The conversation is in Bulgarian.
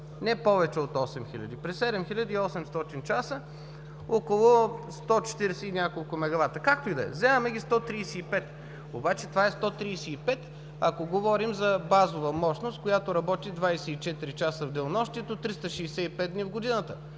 не повече от 8000, при 7800 часа – около 140 и няколко мегавата. Както и да е, вземаме ги 135. Но това е 135, ако говорим за базова мощност, която работи 24 часа в денонощието, 365 дни в годината.